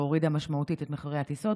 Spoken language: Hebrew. שהורידה משמעותית את מחירי הטיסות.